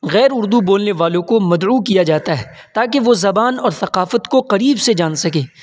غیر اردو بولنے والوں کو مدعو کیا جاتا ہے تاکہ زبان اور ثقافت کو قریب سے جان سکیں